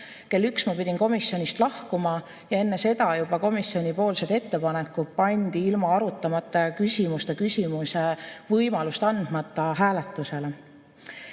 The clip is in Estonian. kell üks ma pidin komisjonist lahkuma ja juba enne seda pandi komisjoni ettepanekud ilma arutamata ja küsimuste küsimise võimalust andmata hääletusele.